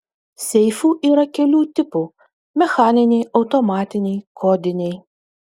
seifų yra kelių tipų mechaniniai automatiniai kodiniai